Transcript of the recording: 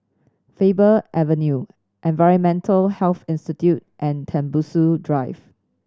Faber Avenue Environmental Health Institute and Tembusu Drive